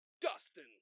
Dustin